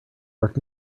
work